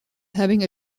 having